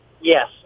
Yes